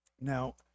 Now